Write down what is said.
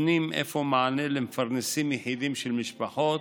נותנים אפוא מענה למפרנסים יחידים של משפחות,